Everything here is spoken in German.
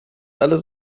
alles